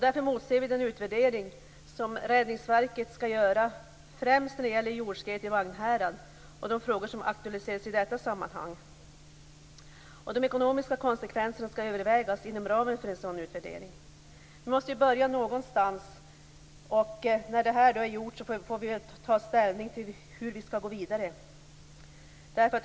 Därför motser vi den utvärdering som Räddningsverket skall göra främst när det gäller jordskredet i Vagnhärad och de frågor som aktualiserades i detta sammanhang. De ekonomiska konsekvenserna skall övervägas inom ramen för en sådan utvärdering. Vi måste ju börja någonstans, och när utvärderingen är gjord får vi ta ställning till hur vi skall gå vidare.